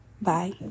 Bye